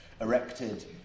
erected